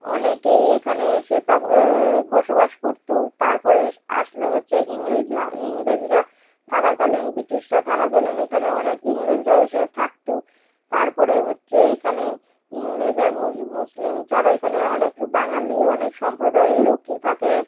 অনেকেই এখানে এসে তা বসবাস করতো তারপরে এস আসলো হচ্ছে ইংরেজরা ইংরেজরা থাকাকালীন ব্রিটিশরা থাকাকালীন এখানে অনেক ইংরেজরা এসেও থাকতো তারপরেও হচ্ছে এখানে ইংরেজ আর মুস মুসলিম ছাড়া এখানে অনেক বাঙালি ও অনেক সম্প্রদায়ের লোকই থাকে